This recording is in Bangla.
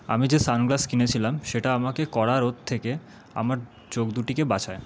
আমি যে সানগ্লাস কিনেছিলাম সেটা আমাকে কড়া রোদ থেকে আমার চোখ দুটিকে বাঁচায়